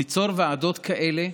ליצור ועדות כאלה.